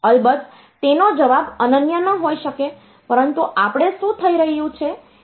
અલબત્ત તેનો જવાબ અનન્ય ન હોઈ શકે પરંતુ આપણે શું થઈ રહ્યું છે તે જોવાનો પ્રયાસ કરી શકીએ છીએ